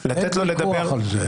לתת לו לדבר --- אין ויכוח על זה.